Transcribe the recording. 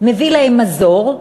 מביא להם מזור,